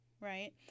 right